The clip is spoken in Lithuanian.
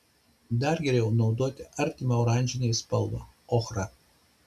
dar geriau naudoti artimą oranžinei spalvą ochrą